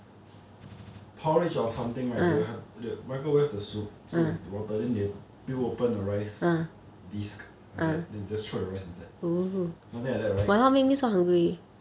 porridge or something right they will have they will microwave the soup so is water then they will peel open the rice disk like that and then just throw the rice inside something like that right